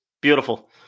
Beautiful